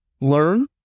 Learn